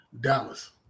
Dallas